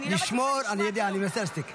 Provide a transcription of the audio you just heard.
אני לא מצליחה לשמוע כלום.